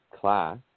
class